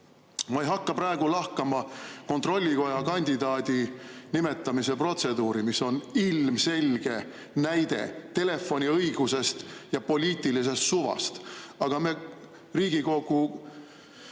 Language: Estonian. Ma ei hakka praegu lahkama kontrollikoja [liikme] kandidaadi nimetamise protseduuri, mis on ilmselge näide telefoniõiguse ja poliitilise suva kohta. Riigikogu